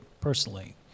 personally